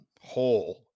whole